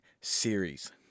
series